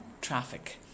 traffic